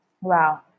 Wow